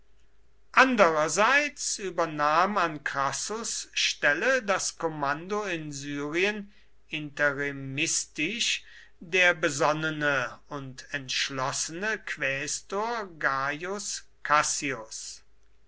andererseits übernahm an crassus stelle das kommando in syrien interimistisch der besonnene und entschlossene quästor gaius cassius